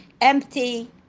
empty